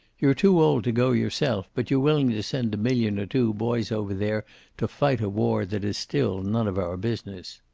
you're too old to go yourself, but you're willing to send a million or two boys over there to fight a war that is still none of our business.